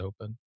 open